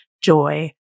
joy